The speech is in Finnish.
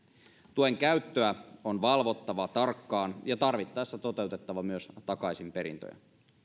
tuen käyttöä on valvottava tarkkaan ja tarvittaessa toteutettava myös takaisinperintöjä